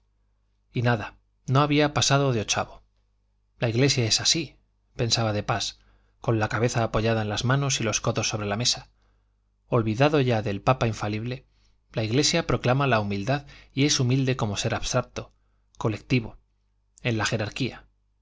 y nada no había pasado de ochavo la iglesia es así pensaba de pas con la cabeza apoyada en las manos y los codos sobre la mesa olvidado ya del papa infalible la iglesia proclama la humildad y es humilde como ser abstracto colectivo en la jerarquía